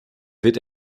wird